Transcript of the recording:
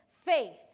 faith